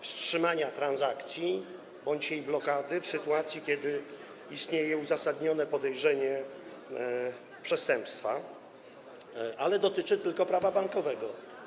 wstrzymania transakcji bądź jej blokady w sytuacji, kiedy istnieje uzasadnione podejrzenie popełnienia przestępstwa, ale dotyczy to tylko Prawa bankowego.